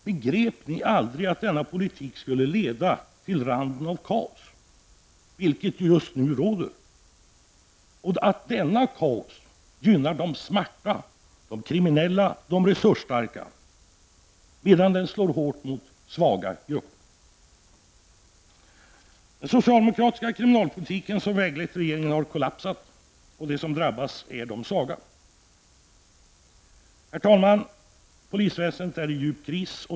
Begrep ni aldrig att denna politik skulle leda till randen av kaos, vilket just nu råder, och att detta kaos gynnar de smarta, de kriminella och de resursstarka medan det slår hårt mot svaga grupper? Den socialdemokratiska kriminalpolitik som väglett regeringen har kollapsat, och de som drabbas är de svaga. Herr talman! Polisväsendet är i djup kris.